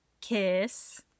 kiss